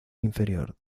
inferior